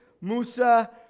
Musa